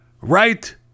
right